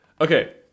Okay